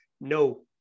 no